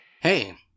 Hey